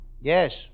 Yes